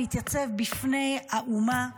התייצב בפני האומה,